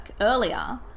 earlier